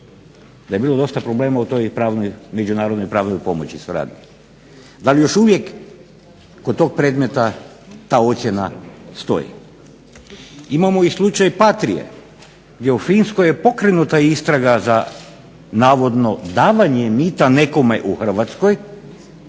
Da je bilo dosta problema u toj međunarodnoj suradnji, pomoći, da li još uvijek kod tog predmeta ta ocjena stoji. Imamo i slučaj Patrie gdje u Finskoj je pokrenuta istraga za davanje mita nekome u Hrvatskoj